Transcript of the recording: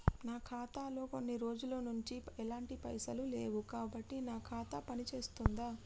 నా ఖాతా లో కొన్ని రోజుల నుంచి ఎలాంటి పైసలు లేవు కాబట్టి నా ఖాతా పని చేస్తుందా?